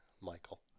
Michael